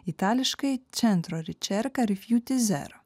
itališkai čentro ričerka refjutizero